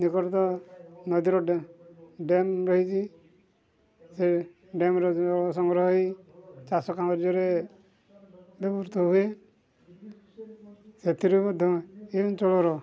ନିକଟତମ ନଦୀର ଡ୍ୟାମ୍ ରହିଛି ସେ ଡ୍ୟାମ୍ର ଜଳ ସଂଗ୍ରହ ହୋଇ ଚାଷ କାମ ରେ ବ୍ୟବହୃତ ହୁଏ ସେଥିରୁ ମଧ୍ୟ ଏ ଅଞ୍ଚଳର